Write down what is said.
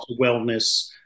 wellness